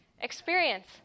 experience